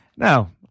Now